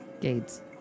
Gates